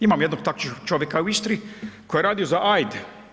Imam jednog takvog čovjeka u Istri koji jer radio za AID.